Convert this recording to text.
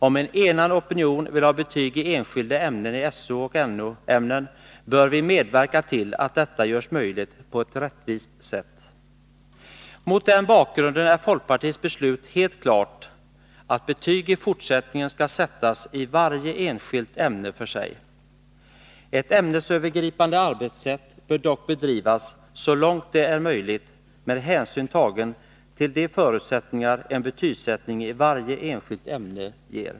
Om en enad opinion vill ha betyg i enskilda ämnen inom SO och NO-blocken, bör vi medverka till att detta görs möjligt på ett rättvist sätt. Mot den bakgrunden är folkpartiets beslut att betyg i fortsättningen skall sättas i varje enskilt ämne för sig helt klart. Ett ämnesövergripande arbetssätt bör dock bedrivas, så långt det är möjligt med hänsyn tagen till de förutsättningar en betygsättning i varje enskilt ämne ger.